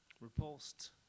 repulsed